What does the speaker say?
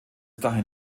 dahin